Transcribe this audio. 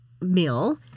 meal